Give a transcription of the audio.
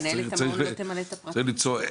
צריך למצוא,